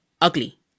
ugly